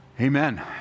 Amen